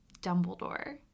Dumbledore